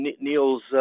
Neil's